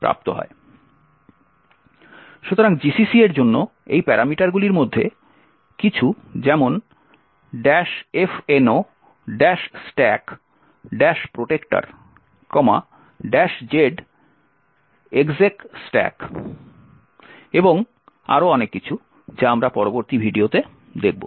সুতরাং gcc এর জন্য এই প্যারামিটারগুলির মধ্যে কিছু যেমন fno stack protector z execstack এবং আরও অনেক কিছু যা আমরা পরবর্তী ভিডিওতে দেখব